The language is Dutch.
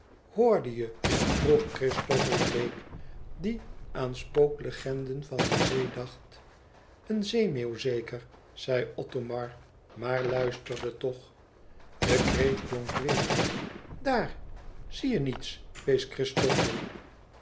hoorde je vroeg christofel bleek die aan spooklegenden van de zee dacht een zeemeeuw zeker zei othomar maar luisterde toch de kreet klonk weêr daar zie je niets wees